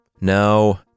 No